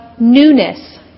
newness